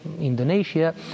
Indonesia